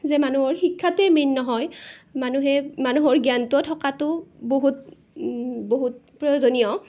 যে মানুহৰ শিক্ষাটোৱেই মেইন নহয় মানুহে মানুহৰ জ্ঞানটোও থকাটো বহুত বহুত প্ৰয়োজনীয়